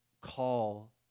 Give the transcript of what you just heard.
call